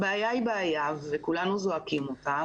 הבעיה היא בעיה וכולנו זועקים אותה,